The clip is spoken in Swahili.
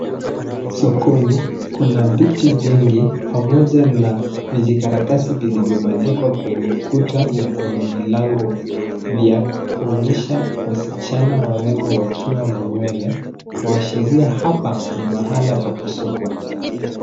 Sokoni, kuna viti vingi pamoja na vijikaratasi vilivyobandikwa kwenye kuta na kwenye milango vya kuonyesha wasichana warembo wakiwa na nywele, kuashiria hapa ni mahala pa kusukwa.